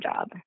job